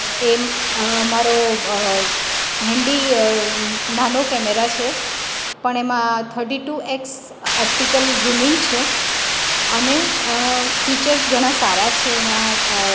એમ મારો હેન્ડી નાનો કેમેરા છે પણ એમાં thirty two X optical zooming છે અને ફીચર્સ ઘણા સારા છે એમાં